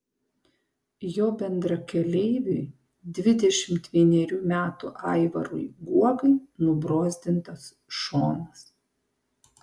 jo bendrakeleiviui dvidešimt vienerių metų aivarui guogai nubrozdintas šonas